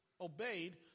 obeyed